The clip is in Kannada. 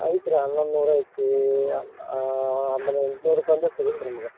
ಐತಿ ರೀ ಹನ್ನೊಂದು ನೂರು ಐತಿ ಅಂದ್ರೆ ಎಂಟುನೂರು ರೂಪಾಯಿಂದ ಸಿಗುತ್ತೆ ನಿಮ್ಗೆ